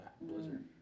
blizzard